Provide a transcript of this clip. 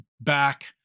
back